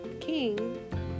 king